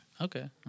Okay